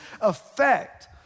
effect